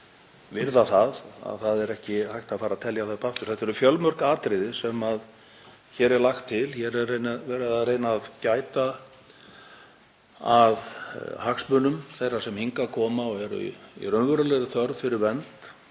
að það er ekki hægt að fara að telja það upp aftur. Þetta eru fjölmörg atriði sem hér eru lögð til. Hér er verið að reyna að gæta að hagsmunum þeirra sem hingað koma og eru í raunverulegri þörf fyrir vernd